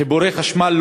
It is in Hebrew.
חיבורי חשמל,